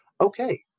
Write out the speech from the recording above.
Okay